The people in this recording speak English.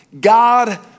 God